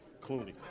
Clooney